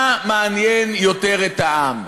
מה מעניין יותר את העם,